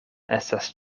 estas